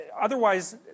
Otherwise